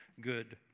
good